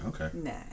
Okay